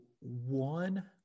one